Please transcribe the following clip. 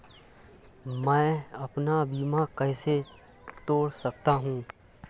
मैं अपना बीमा कैसे तोड़ सकता हूँ?